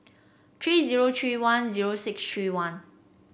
three zero three one zero six three one